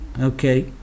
Okay